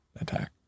attack